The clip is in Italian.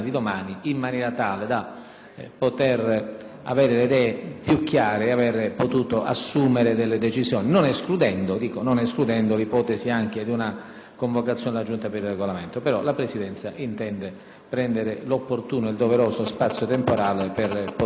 poter avere le idee più chiare e poter assumere delle decisioni, non escludendo anche l'ipotesi di una convocazione della Giunta per il Regolamento. La Presidenza, però, intende prendersi il doveroso e opportuno spazio temporale per poter riflettere.